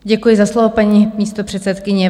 Děkuji za slovo, paní místopředsedkyně.